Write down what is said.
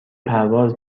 پرواز